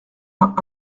vingt